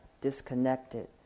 disconnected